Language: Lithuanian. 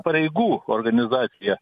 pareigų organizacija